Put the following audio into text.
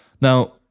Now